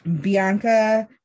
Bianca